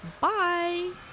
Bye